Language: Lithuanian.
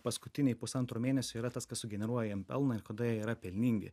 paskutiniai pusantro mėnesio yra tas kas sugeneruoja jiem pelną kada yra pelningi